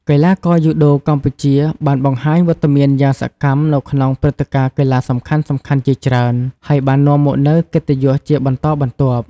កីឡាករយូដូកម្ពុជាបានបង្ហាញវត្តមានយ៉ាងសកម្មនៅក្នុងព្រឹត្តិការណ៍កីឡាសំខាន់ៗជាច្រើន ហើយបាននាំមកនូវកិត្តិយសជាបន្តបន្ទាប់ ។